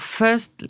first